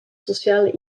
sociale